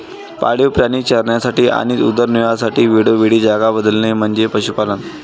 पाळीव प्राणी चरण्यासाठी आणि उदरनिर्वाहासाठी वेळोवेळी जागा बदलणे म्हणजे पशुपालन